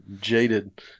jaded